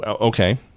Okay